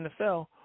NFL